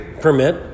permit